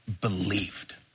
believed